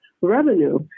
revenue